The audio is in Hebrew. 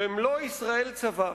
ומלוא ישראל צבא.